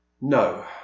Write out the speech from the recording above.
No